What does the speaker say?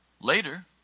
Later